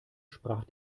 sprach